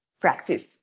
practice